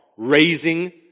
Raising